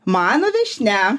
mano viešnia